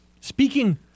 Speaking